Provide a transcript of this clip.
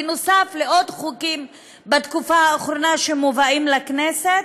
בנוסף לעוד חוקים בתקופה האחרונה שמובאים לכנסת,